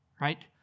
right